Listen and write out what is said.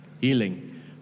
healing